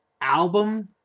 album